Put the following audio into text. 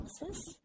Analysis